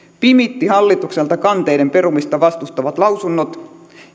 pimitti hallitukselta kanteiden perumista vastustavat lausunnot